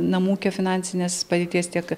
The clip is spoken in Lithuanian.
namų ūkio finansinės padėties tiek